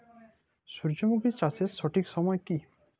সূর্যমুখী চাষের সঠিক সময় কি?